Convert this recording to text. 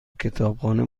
کتابخانه